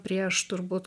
prieš turbūt